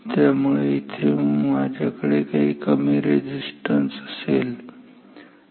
त्याचप्रमाणे येथे माझ्याकडे काही कमी रेझिस्टन्स असेल ठीक आहे